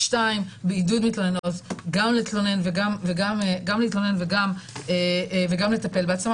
בעידוד מתלוננות גם להתלונן וגם לטפל בעצמן.